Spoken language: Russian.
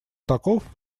таков